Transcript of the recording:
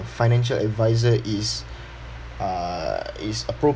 financial advisor is uh is appropriate